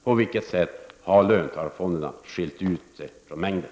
På vilket sätt har löntagarfonderna skiljt ut sig från mängden?